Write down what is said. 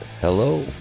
Hello